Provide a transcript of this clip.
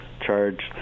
charged